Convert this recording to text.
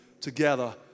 together